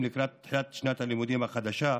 לקראת תחילת שנת הלימודים החדשה.